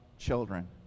Children